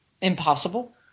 Impossible